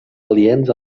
aliens